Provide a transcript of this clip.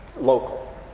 local